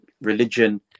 religion